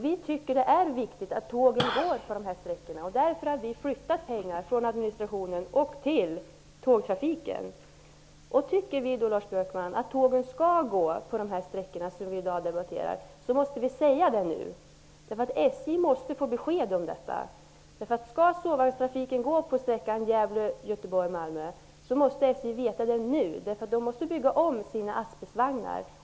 Vi tycker att det är viktigt att tågen går på de här sträckorna, och därför vill vi att pengar flyttas från administrationen till tågtrafiken. Om vi, Lars Björkman, tycker att tågen skall gå på de sträckor som vi i dag debatterar, måste vi säga det nu. SJ måste få besked om detta. Skall sovvagnstrafiken gå på sträckan Gävle--Göteborg-- Malmö måste SJ veta det nu, eftersom de i så fall måste bygga om sina asbestvagnar.